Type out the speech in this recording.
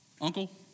uncle